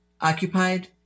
occupied